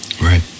Right